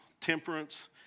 temperance